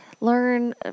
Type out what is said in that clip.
learn